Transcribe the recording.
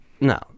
No